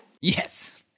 Yes